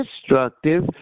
destructive